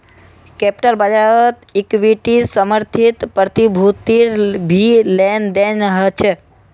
capital बाज़ारत equity समर्थित प्रतिभूतिर भी लेन देन ह छे